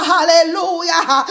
Hallelujah